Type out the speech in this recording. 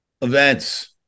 events